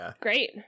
great